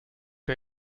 der